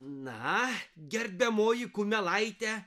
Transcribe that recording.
na gerbiamoji kumelaite